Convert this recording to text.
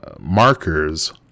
markers